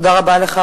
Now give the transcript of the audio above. תודה רבה לך,